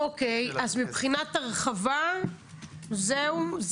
אז מבחינת הרחבה זהו?